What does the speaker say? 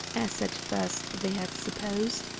as at first they had supposed,